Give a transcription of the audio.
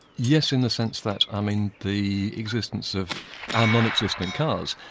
yes, in the sense that i mean the existence of our non-existent cars,